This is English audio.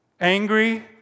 angry